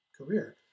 career